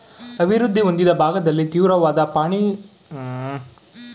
ಅಭಿವೃದ್ಧಿ ಹೊಂದಿದ ಭಾಗದಲ್ಲಿ ತೀವ್ರವಾದ ಪ್ರಾಣಿ ಸಾಕಣೆಯಿಂದ ಜೀವನಾಧಾರ ಬೇಸಾಯನ ರದ್ದು ಮಾಡವ್ರೆ